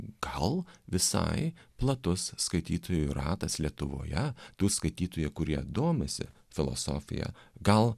gal visai platus skaitytojų ratas lietuvoje tų skaitytojų kurie domisi filosofija gal